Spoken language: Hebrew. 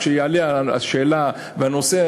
כשתעלה השאלה בנושא,